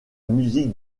musique